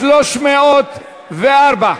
לעמוד 1304,